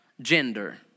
Gender